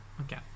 Okay